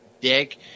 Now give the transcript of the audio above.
dick